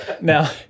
Now